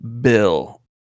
Bill